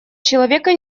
человека